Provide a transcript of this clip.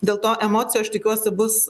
dėl to emocijų aš tikiuosi bus